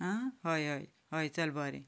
आं हय हय हय चल बरें